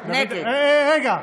נגד אה, רגע.